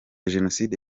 jenoside